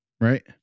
right